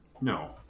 No